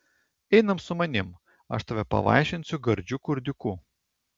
einam su manim aš tave pavaišinsiu gardžiu kurdiuku